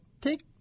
take